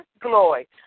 glory